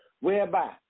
whereby